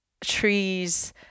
trees